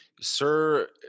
sir